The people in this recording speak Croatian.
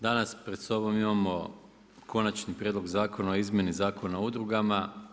Danas pred sobom imamo Konačni prijedlog zakona o izmjeni Zakona o udrugama.